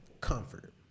comfort